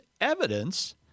evidence